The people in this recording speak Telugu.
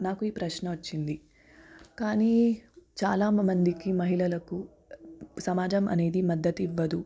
నాకు ఈ ప్రశ్న వచ్చింది కానీ చాలా మ మందికి మహిళలకు సమాజం అనేది మద్దతు ఇవ్వదు